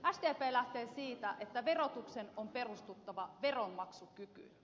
sdp lähtee siitä että verotuksen on perustuttava veronmaksukykyyn